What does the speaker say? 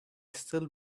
still